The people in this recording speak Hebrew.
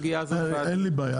אין לי בעיה.